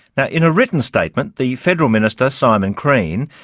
now, in a written statement, the federal minister, simon crean,